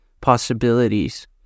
possibilities